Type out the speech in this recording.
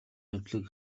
явдлыг